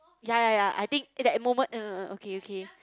ya ya ya I think that moment uh okay okay